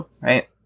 right